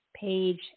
page